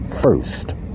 first